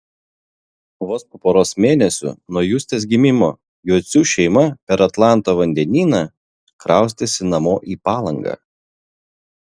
vos po poros mėnesių nuo justės gimimo jocių šeima per atlanto vandenyną kraustėsi namo į palangą